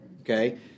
Okay